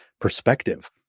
perspective